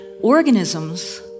organisms